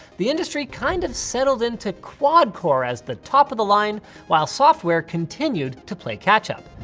the industry kind of settled into quad core as the top of the line while software continued to play catch up.